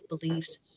beliefs